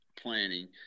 planning